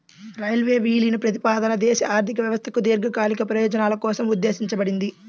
railway విలీన ప్రతిపాదన దేశ ఆర్థిక వ్యవస్థకు దీర్ఘకాలిక ప్రయోజనాల కోసం ఉద్దేశించబడింది